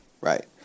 Right